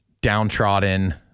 downtrodden